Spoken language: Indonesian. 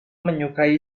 menyukai